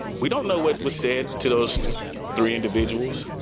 we don't no what was said to those three individuals.